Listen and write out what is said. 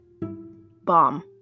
bomb